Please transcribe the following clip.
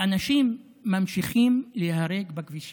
ואנשים ממשיכים להיהרג בכבישים.